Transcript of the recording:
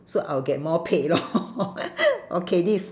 so I'll get more paid lor okay this